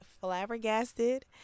flabbergasted